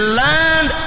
land